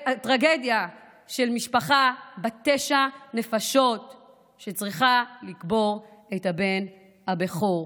הטרגדיה של משפחה בת תשע נפשות שצריכה לקבור את הבן הבכור.